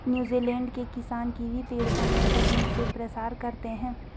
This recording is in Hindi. न्यूजीलैंड के किसान कीवी पेड़ का नई तकनीक से प्रसार करते हैं